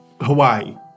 Hawaii